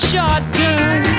shotgun